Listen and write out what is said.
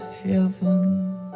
Heaven